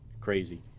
Crazy